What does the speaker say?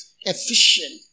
efficient